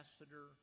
ambassador